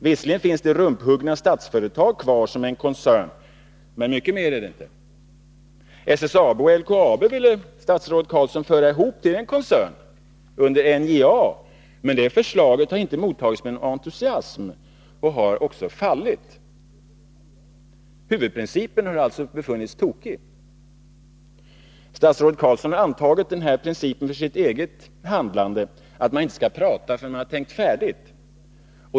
Visserligen finns det rumphuggna Statsföretag kvar som en koncern, men mycket mer är det nu inte. SSAB och LKAB ville statsrådet Carlsson föra ihop till en koncern under NJA, men det förslaget har inte mottagits med någon entusiasm och har också fallit. Huvudprincipen har alltså befunnits tokig. Statsrådet Carlsson har antagit den principen för sitt eget handlande att han inte skall prata förrän han tänkt färdigt.